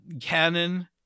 Canon